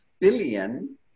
billion